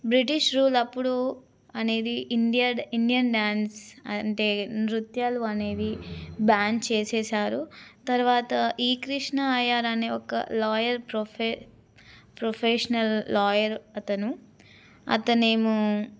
British rule అప్పుడు అనేది India Indian dance అంటే నృత్యాలు అనేవి బ్యాన్ చేసేసారు తరువాత ఈ కృష్ణ అయ్యర్ అనే ఒక లాయర్ ప్రొఫె ప్రొఫెషనల్ లాయర్ అతను అతనేమో